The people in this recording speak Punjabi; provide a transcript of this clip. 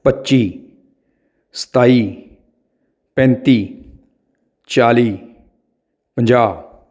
ਪੱਚੀ ਸਤਾਈ ਪੈਂਤੀ ਚਾਲੀ ਪੰਜਾਹ